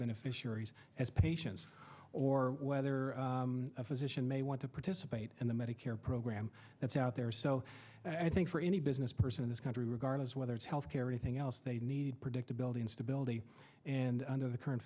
beneficiaries as patients or whether a physician may want to participate in the medicare program that's out there so i think for any business person in this country regardless whether it's health care anything else they need predictability and stability and under the current